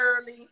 early